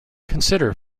consider